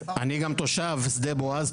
אני גם תושב שדה בועז,